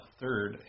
third